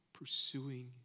pursuing